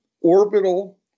orbital